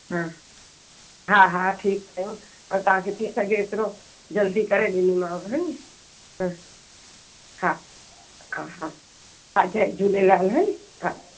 हा हा हा ठीकु आहे त तव्हांखे थी सघे एतिरो जल्दी करे ॾींदीमांव हा नी हा हा हा हा हा जय झूलेलाल हा न हा